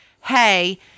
hey